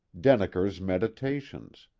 denneker's meditations,